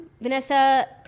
Vanessa